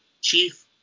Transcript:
Chief